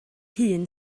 hun